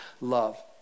love